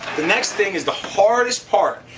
the next thing is the hardest part,